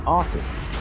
artists